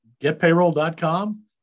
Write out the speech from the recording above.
getpayroll.com